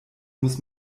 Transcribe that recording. muss